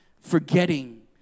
forgetting